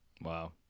Wow